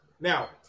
Now